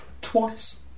Twice